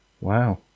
Wow